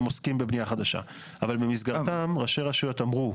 הם עוסקים בבנייה חדשה אבל במסגרתם ראשי רשויות אמרו,